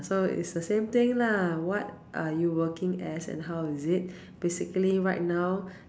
so is the same thing lah what are you working as and how is it basically right now